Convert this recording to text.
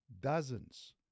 Dozens